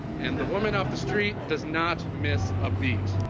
and the woman off the street does not miss a beat.